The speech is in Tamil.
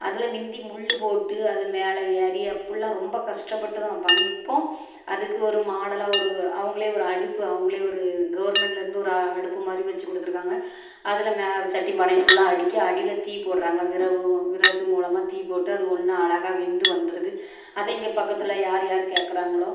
அதில் மிந்தி முள் போட்டு அது மேலே ஏறி அப்புடிலாம் ரொம்ப கஸ்டப்பட்டு தான் வைப்பாங்க இப்போ அதுக்கு ஒரு மாடலாக ஒரு அவங்களே ஒரு அடுப்பு அவங்களே ஒரு கவர்மெண்ட்டிலேர்ந்து ஒரு அடுப்பு மாதிரி வச்சு கொடுத்துருக்காங்க அதில் மே சட்டி பானையை ஃபுல்லாக அடுக்கி அடியில் தீப்போட்டுறாங்க விறகு விறகு மூலமாக தீப்போட்டு அது ஒன்னாக அழகா வெந்து வந்துருது அதை இங்கே பக்கத்தில் யார் யார் கேட்குறாங்களோ